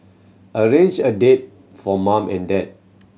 arrange a date for mum and dad